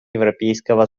европейского